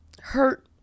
hurt